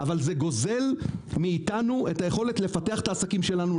זה גוזל מאיתנו את היכולת לפתח את העסקים שלנו,